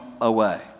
away